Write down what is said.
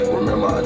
Remember